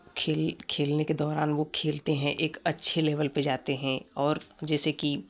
खेल खेलने के दौरान वो खेलते हैं एक अच्छे लेवल पर जाते हैं और जैसे कि